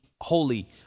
holy